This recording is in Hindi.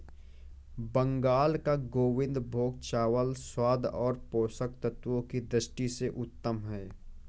बंगाल का गोविंदभोग चावल स्वाद और पोषक तत्वों की दृष्टि से उत्तम है